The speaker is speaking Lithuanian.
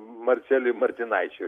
marcelijum martinaičiu